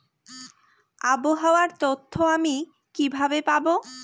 আবহাওয়ার তথ্য আমি কিভাবে পাবো?